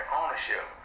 ownership